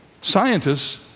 scientists